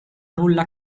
nulla